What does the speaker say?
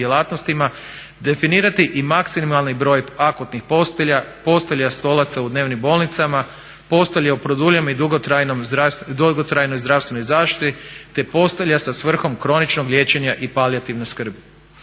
definirati i maksimalni broj akutnih postelja, postolja, stolaca u dnevnim bolnicama, postolja u produljenoj i dugotrajnoj zdravstvenoj zaštiti te postelja sa svrhom kroničnog liječenja i palijativne skrbi.